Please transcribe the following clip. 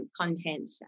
content